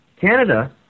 Canada